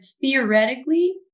theoretically